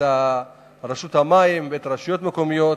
את רשות המים ואת הרשויות המקומיות